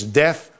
death